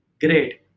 Great